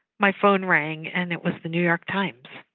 my phone rang and it was the new york times.